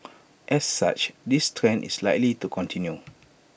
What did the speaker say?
as such this trend is likely to continue